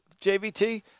JVT